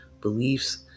beliefs